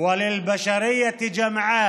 תפילת האל עליו וברכתו לשלום,